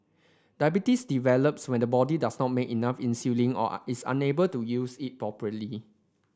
diabetes develops when the body does not make enough insulin or is unable to use it properly